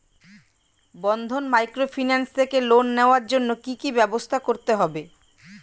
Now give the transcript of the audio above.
বন্ধন microfinance থেকে loan নেওয়ার জন্য কি কি ব্যবস্থা করতে হবে?